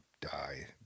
die